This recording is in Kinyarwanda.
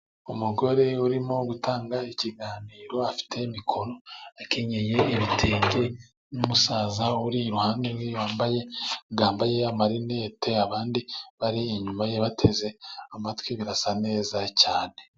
Umugore uri gutanga ikiganiro afite mikoro, akenyeye ibitenge. Umusaza uri iruhande rwe wambaye amarinetele, abandi bari inyuma bateze amatwi birasa neza cyane.